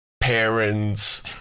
parents